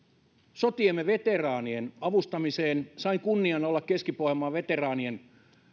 sotiemme veteraanien avustamiseen sain kunnian olla keski pohjanmaan veteraanien